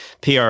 PR